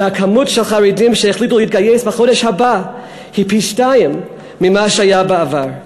שמספר החרדים שהחליטו להתגייס בחודש הבא הוא פי-שניים ממה שהיה בעבר.